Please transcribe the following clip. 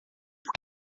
por